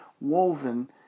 woven